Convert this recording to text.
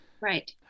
Right